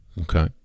Okay